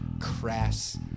crass